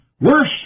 Worse